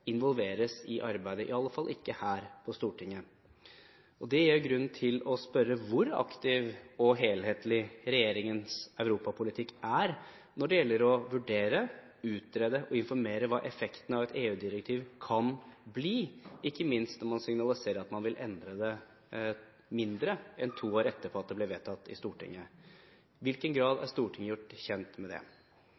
involveres i arbeidet, i alle fall ikke her på Stortinget. Det gir grunn til å spørre hvor aktiv og helhetlig regjeringens europapolitikk er når det gjelder å vurdere, utrede og informere om hva effektene av et EU-direktiv kan bli – ikke minst når man signaliserer at man vil endre det, mindre enn to år etter at det ble vedtatt i Stortinget – og i hvilken grad